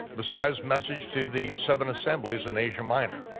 messiah's message to the seven assemblies in asia minor.